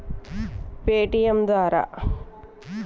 UPI నుండి నేను ఎలా పే చెయ్యాలి?